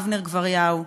אבנר גבריהו.